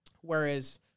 Whereas